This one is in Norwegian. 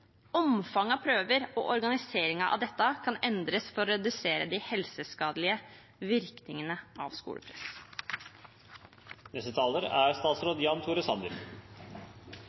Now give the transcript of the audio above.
omfanget av prøver og organiseringen av dette kan endres for å redusere de helseskadelige virkningene av